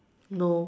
no